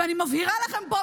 ואני מבהירה לכם פה,